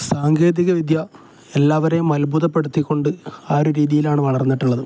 സാങ്കേതികവിദ്യ എല്ലാവരെയും അത്ഭുതപ്പെടുത്തിക്കൊണ്ട് ആ ഒരു രീതിയിലാണ് വളർന്നിട്ടുള്ളത്